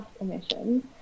emissions